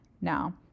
Now